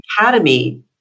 academy